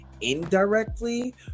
indirectly